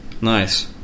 Nice